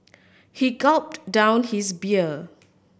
he gulped down his beer